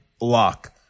lock